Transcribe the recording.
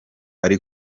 ari